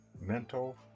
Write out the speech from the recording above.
mental